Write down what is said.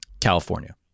California